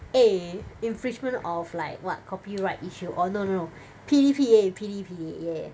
eh infringement of like what copyright issue oh no no no P_D_P_A P_D_P_A yeah